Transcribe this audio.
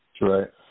right